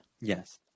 Yes